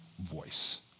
voice